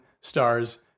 stars